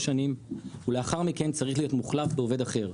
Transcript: שנים ולאחר מכן הוא צריך להיות מוחלף בעובד אחר.